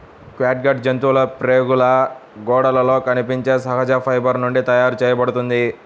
catgut జంతువుల ప్రేగుల గోడలలో కనిపించే సహజ ఫైబర్ నుండి తయారు చేయబడుతుంది